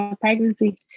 pregnancy